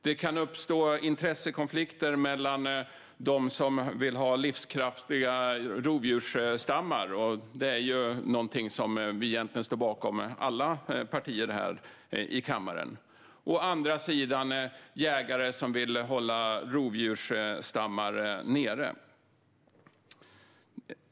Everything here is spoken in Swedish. Det kan uppstå intressekonflikter mellan å ena sidan dem som vill ha livskraftiga rovdjursstammar - vilket är någonting som vi egentligen står bakom i alla partier här i kammaren - och å andra sidan jägare som vill hålla rovdjursstammar nere.